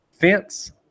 fence